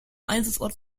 einsatzort